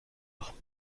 voiture